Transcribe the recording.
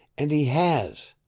and he has!